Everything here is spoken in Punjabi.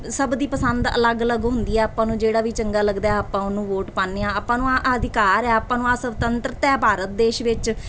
ਸਭ ਦੀ ਪਸੰਦ ਅਲੱਗ ਅਲੱਗ ਹੁੰਦੀ ਆ ਆਪਾਂ ਨੂੰ ਜਿਹੜਾ ਵੀ ਚੰਗਾ ਲੱਗਦਾ ਆਪਾਂ ਉਹਨੂੰ ਵੋਟ ਪਾਉਂਦੇ ਹਾਂ ਆਪਾਂ ਨੂੰ ਆਹ ਅਧਿਕਾਰ ਆ ਆਪਾਂ ਨੂੰ ਆ ਸਵਤੰਤਰਤਾ ਭਾਰਤ ਦੇਸ਼ ਵਿੱਚ